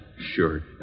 Sure